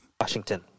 Washington